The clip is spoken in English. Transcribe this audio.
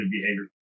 behavior